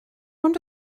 ond